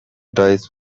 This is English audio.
dice